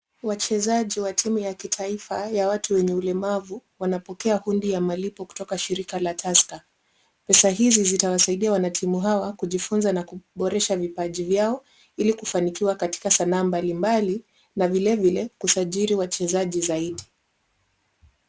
Wachezaji wa timu ya kitaifa ya watu wenye ulemavu wanapokea hundi ya malipo kutoka shirika la Tusker. Pesa hizi zitawasaidia wana timu hawa kujifunza na kuboresha vipaji vyao ili kufanikiwa katika sanaa mbalimbali na vilevile kusajili wachezaji zaidi.